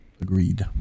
agreed